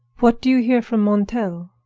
what do you hear from montel?